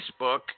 Facebook